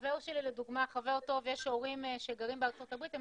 לדוגמה - לחבר טוב שלי יש הורים שגרים בארצות-הברית והם